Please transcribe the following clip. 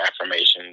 affirmations